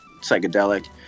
psychedelic